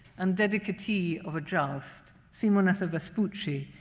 and dedicatee of a joust, simonetta vespucci,